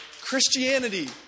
Christianity